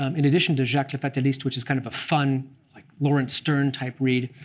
um in addition to jacques le fatalist, which is kind of a fun like laurence sterne-type read,